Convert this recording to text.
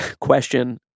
question